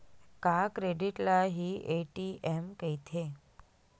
का क्रेडिट ल हि ए.टी.एम कहिथे?